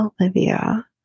olivia